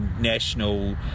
national